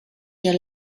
der